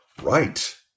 Right